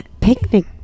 picnic